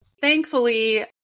thankfully